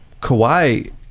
Kawhi